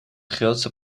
grootste